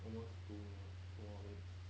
almost two more two more weeks